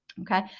okay